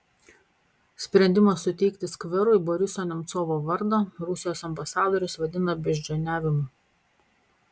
sprendimą suteikti skverui boriso nemcovo vardą rusijos ambasadorius vadina beždžioniavimu